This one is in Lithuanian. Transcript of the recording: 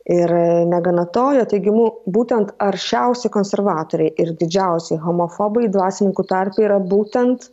ir negana to jo teigimu būtent aršiausi konservatoriai ir didžiausi homofobai dvasininkų tarpe yra būtent